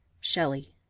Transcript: Shelley